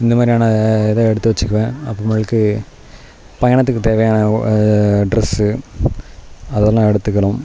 இந்த மாதிரியான இதை எடுத்து வச்சுக்குவேன் அப்புறமேலுக்கு பயணத்துக்கு தேவையான ட்ரெஸ்ஸு அதெல்லாம் எடுத்துக்கணும்